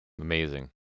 Amazing